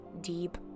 deep